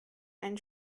ein